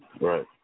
Right